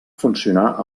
funcionar